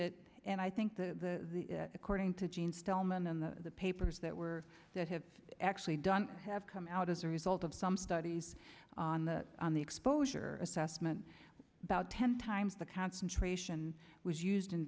it and i think the according to jean stillman and the papers that were that have actually done have come out as a result of some studies on the on the exposure assessment about ten times the concentration was used in